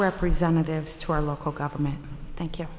representatives to our local government thank you